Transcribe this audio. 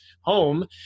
home